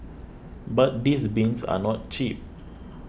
but these bins are not cheap